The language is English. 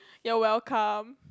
you're welcome